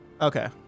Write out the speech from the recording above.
Okay